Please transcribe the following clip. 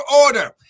order